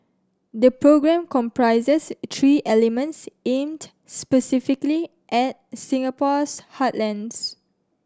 the programme comprises three elements aimed specifically at Singapore's heartlands